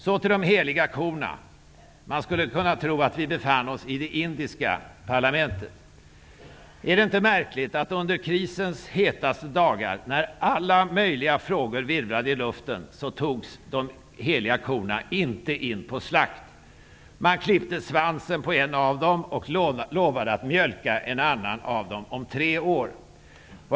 Så till de heliga korna. Man skulle kunna tro att vi befann oss i det indiska parlamentet. Är det inte märkligt att de heliga korna inte togs in för slakt under krisens hetaste dagar, när alla möjliga frågor virvlade i luften? Man klippte svansen på en av dem och lovade att mjölka en annan av dem om tre år.